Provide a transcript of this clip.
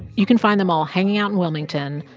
you can find them all hanging out in wilmington,